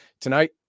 tonight